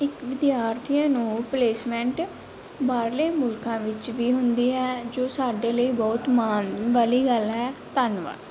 ਇੱਕ ਵਿਦਿਆਰਥੀਆਂ ਨੂੰ ਪਲੇਸਮੈਂਟ ਬਾਹਰਲੇ ਮੁਲਕਾਂ ਵਿੱਚ ਵੀ ਹੁੰਦੀ ਹੈ ਜੋ ਸਾਡੇ ਲਈ ਬਹੁਤ ਮਾਣ ਵਾਲੀ ਗੱਲ ਹੈ ਧੰਨਵਾਦ